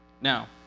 Now